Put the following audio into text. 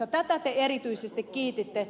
tätä te erityisesti kiititte